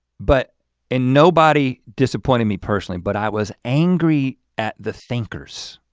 but and nobody disappointed me personally but i was angry at the thinkers.